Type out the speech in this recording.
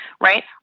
right